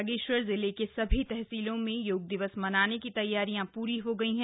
बागेश्वर जिले के सभी तहसीलों में योग दिवस मनाने की तद्वारियां पूरी हो गई हैं